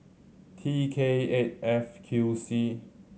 T K eight F Q C